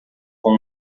com